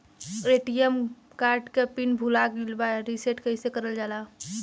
ATM card के pin भूला गइल बा रीसेट कईसे करल जाला?